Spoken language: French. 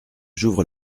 j’ouvre